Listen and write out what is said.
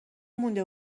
مونده